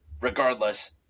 Regardless